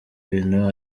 bintu